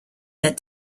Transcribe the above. that